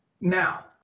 Now